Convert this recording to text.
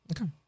Okay